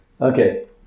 Okay